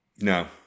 No